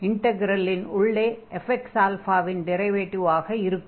ஆகையால் இன்டக்ரலின் உள்ளே fxα இன் டிரைவேடிவாக இருக்கும்